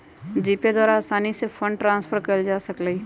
GPay द्वारा असानी से फंड ट्रांसफर कयल जा सकइ छइ